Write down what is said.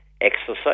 exercise